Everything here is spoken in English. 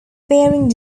bearing